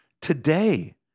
today